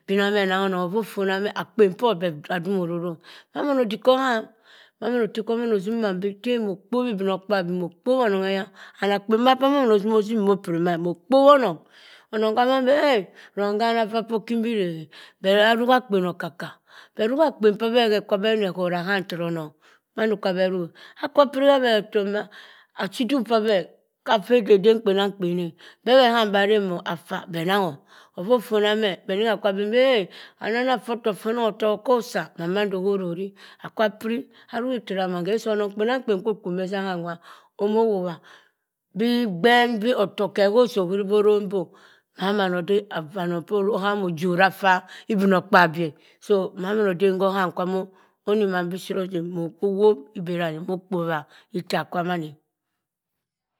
Bin ah meh nangho onong offodemeh akpen poh adum ororo e. mamann odik khohamm. Maman otekwamin ozim mann bii mo kpobha ibinokpabi, mo kpobha onong aya. And akpan mba pah mosimo ozim mah opiri mah e. ono kpobho onong. onong kwa abhang mbi eh, rong hanaa vaa pa okim ba irek e. Be ruk akpen okaka. beh ruha akpen p'abeh ba abe na chorr aham tora onong. mando kwa abeh ruhi. Akwa piri habe etomma, achiduk p'abe. habha beh eden kpenamkpen e. Beh beh ham boh arangh mok abha anang ho e. Beh beh ham bah reng mok afa beh nangho ofo ofona meh beh ningha benini eh, anima afu ekpo pah onong otok ako asaa beh mando arosii. Akwa piri, aruhi tara mann. hewosi onong kpenamk. pen kwa okwo piri mesangha nwah omo wobha bii gbeng bii otok khe hosii ohuri bii orong bii otok khe hosii ohuei bii mamann ode vaa, anong pa'aham ojora ffo ibinokpabi e. so mamann odem kho ham kwa moh oni mam oni mam bishii ode mokwo wop ibi-rani mokpobha itta kwaman eh.